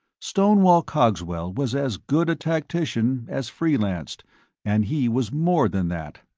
stonewall cogswell was as good a tactician as freelanced and he was more than that.